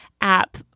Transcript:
app